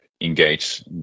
engage